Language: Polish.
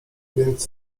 więc